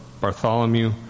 Bartholomew